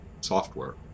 software